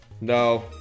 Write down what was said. No